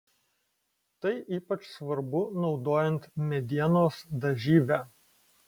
tai ypač svarbu naudojant medienos dažyvę